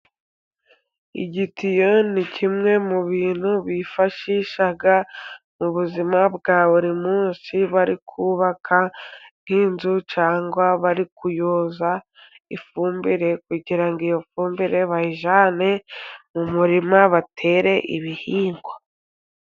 Igitiyo ni kimwe mu bintu bifashisha mu buzima bwa buri munsi, bari kubaka nk'inzu cyangwa bari kuyoza ifumbire, kugira ngo iyo fumbire bayijyane mu murima batere ibihingwa.